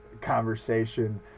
conversation